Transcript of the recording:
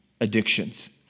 addictions